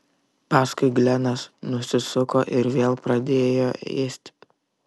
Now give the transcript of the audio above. paskui glenas nusisuko ir vėl pradėjo ėsti